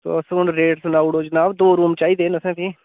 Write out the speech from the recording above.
ते बस हून रेट सनाऊ ओड़ो जनाब दो रूम चाहिदे न असें फ्ही